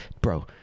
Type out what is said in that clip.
bro